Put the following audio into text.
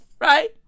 right